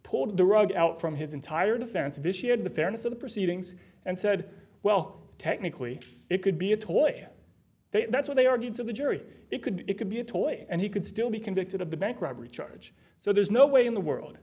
pulled the rug out from his entire defense vishy had the fairness of the proceedings and said well technically it could be a toy that's what they argued to the jury it could it could be a toy and he could still be convicted of the bank robbery charge so there's no way in the world